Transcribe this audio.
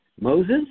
Moses